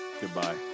Goodbye